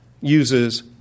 uses